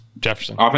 Jefferson